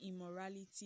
immorality